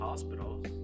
Hospitals